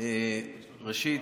ראשית,